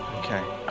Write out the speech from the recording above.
okay,